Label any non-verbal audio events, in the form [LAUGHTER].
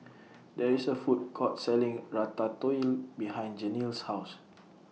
There IS A Food Court Selling [NOISE] Ratatouille behind Jenelle's House